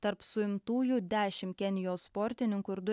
tarp suimtųjų dešimt kenijos sportininkų ir du